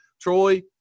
Troy